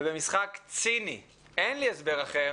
במשחק ציני - אין לי הסבר אחר